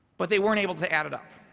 but they weren't able to add it up,